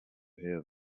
hear